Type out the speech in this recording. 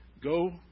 Go